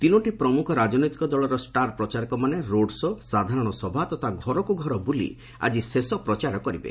ତିନୋଟି ପ୍ରମୁଖ ରାଜନୈତିକ ଦଳର ଷ୍ଟାର୍ ପ୍ରଚାରକମାନେ ରୋଡ୍ ଶୋ' ସାଧାରଣ ସଭା ତଥା ଘରକୁ ଘର ବୁଲି ଆଜି ଶେଷ ପ୍ରଚାର କରିବେ